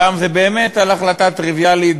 הפעם זה באמת על החלטה טריוויאלית,